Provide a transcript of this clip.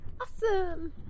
Awesome